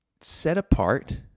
set-apart